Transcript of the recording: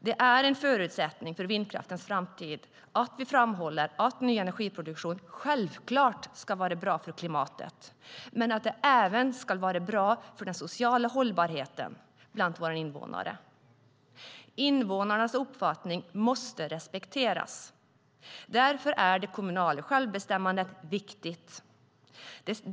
Det är en förutsättning för vindkraftens framtid att vi framhåller att ny energiproduktion självklart ska vara bra för klimatet, men den ska även vara bra för den sociala hållbarheten bland våra invånare. Invånarnas uppfattning måste respekteras. Därför är det kommunala självbestämmandet viktigt.